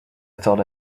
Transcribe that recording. thought